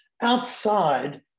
outside